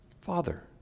Father